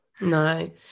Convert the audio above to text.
No